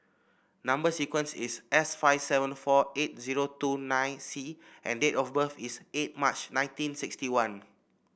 number sequence is S five seven four eight zero two nine C and date of birth is eight March nineteen sixty one